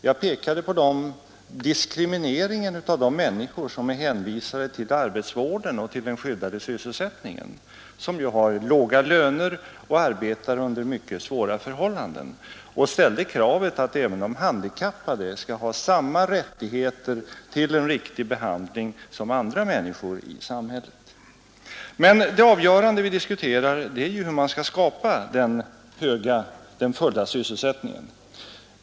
Jag pekade på diskrimineringen av de människor som är hänvisade till arbetsvården och till den skyddade sysselsättningen, människor som har låga löner och arbetar under mycket svåra förhållanden, och ställde kravet att även de handikappade skall ha samma rättigheter till en riktig behandling som andra människor i samhället. Men det avgörande som vi diskuterar är ju hur man skall skapa den fulla sysselsättningen.